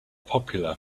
popular